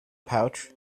pouch